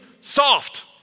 Soft